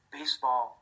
Baseball